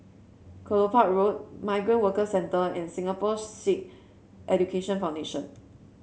Kelopak Road Migrant Workers Centre and Singapore Sikh Education Foundation